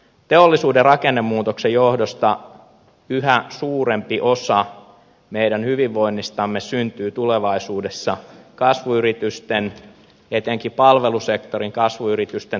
teollisuuden rakennemuutoksen johdosta yhä suurempi osa meidän hyvinvoinnistamme syntyy tulevaisuudessa kasvuyritysten etenkin palvelusektorin kasvuyritysten toimesta